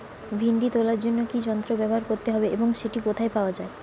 ভিন্ডি তোলার জন্য কি যন্ত্র ব্যবহার করতে হবে এবং সেটি কোথায় পাওয়া যায়?